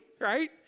right